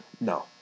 No